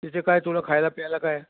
तिथे काय तुला खायला प्यायला काय